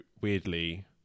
weirdly